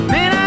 Man